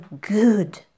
good